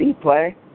play